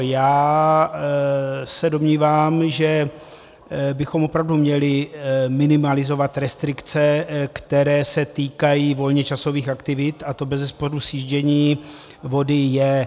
Já se domnívám, že bychom opravdu měli minimalizovat restrikce, které se týkají volnočasových aktivit, a to bezesporu sjíždění vody je.